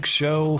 show